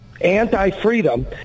anti-freedom